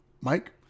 Mike